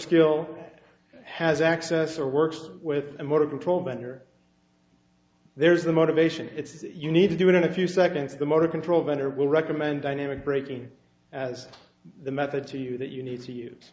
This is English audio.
skill has access or works with a motor control been or there's a motivation it's you need to do it in a few seconds the motor control vendor will recommend dynamic braking as the method to you that you need to